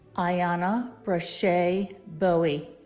iyanna brashae bowie